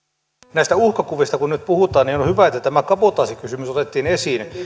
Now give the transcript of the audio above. näistä uhkakuvista kun nyt puhutaan niin on on hyvä että tämä kabotaasikysymys otettiin esiin